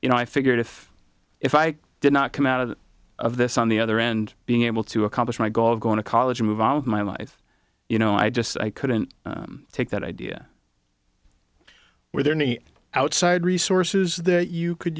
you know i figured if if i did not come out of this on the other end being able to accomplish my goal of going to college move on with my life you know i just i couldn't take that idea were there any outside resources that you could